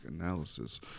analysis